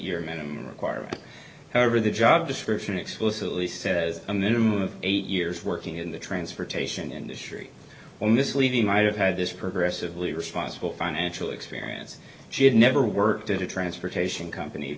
year minimum requirement however the job description explicitly says a minimum of eight years working in the transportation industry on this leaving might have had this progressive leader responsible financial experience she had never worked at a transportation company